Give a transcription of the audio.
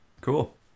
Cool